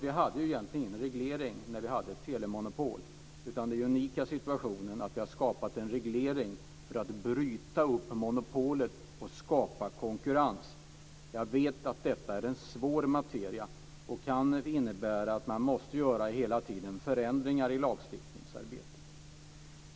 Vi hade egentligen ingen reglering på teleområdet när vi hade telemonopol, utan den unika situationen är att vi har skapat en reglering för att bryta det uppenbara monopolet och skapa konkurrens. Jag vet att detta är en svår materia och kan innebära att man hela tiden måste göra förändringar i lagstiftningsarbetet.